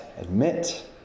admit